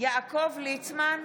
יעקב ליצמן,